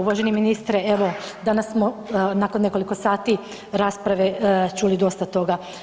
Uvaženi ministre, evo danas smo nakon nekoliko sati rasprave čuli dosta toga.